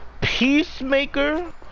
peacemaker